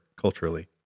culturally